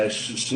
חרדית.